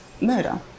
murder